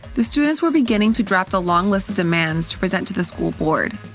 the students were beginning to draft a long list of demands to present to the school board.